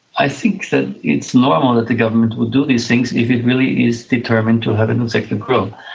i think that it's normal that the government would do these things if it really is determined to have a new sector grow.